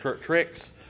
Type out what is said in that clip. tricks